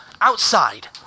Outside